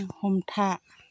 हमथा